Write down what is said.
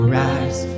rise